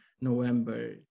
November